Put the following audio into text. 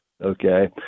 Okay